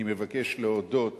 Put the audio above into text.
אני מבקש להודות